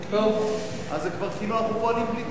זה כבר כאילו אנחנו פועלים בלי תקנון.